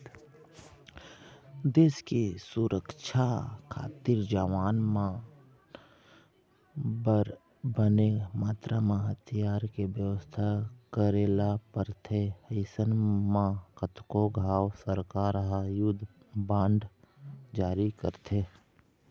देस के सुरक्छा खातिर जवान मन बर बने मातरा म हथियार के बेवस्था करे ल परथे अइसन म कतको घांव सरकार ह युद्ध बांड जारी करथे